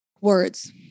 Words